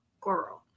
girl